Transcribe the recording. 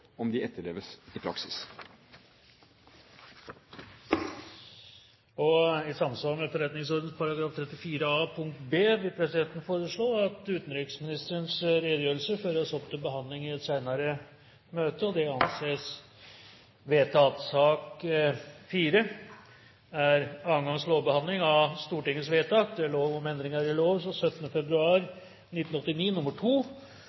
om de etterleves i praksis. I samsvar med forretningsordenens § 34 a punkt b vil presidenten foreslå at utenriksministerens redegjørelse føres opp til behandling i et senere møte. – Det anses vedtatt. Ingen har bedt om ordet. I 2008 ble det innført et forbud mot all bruk av kvikksølv i produkter, bl.a. kvikksølvamalgam som tannfyllingsmateriale. Begrunnelsen var klar: «Kvikksølv er en av